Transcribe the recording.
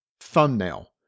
thumbnail